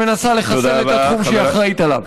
שמנסה לחסל את התחום שהיא אחראית לו.